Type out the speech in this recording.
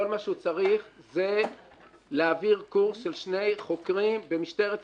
כל מה שהוא צריך זה להעביר קורס של שני חוקרים במשטרת ישראל.